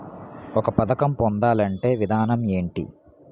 ఒక పథకం పొందాలంటే విధానం ఏంటి?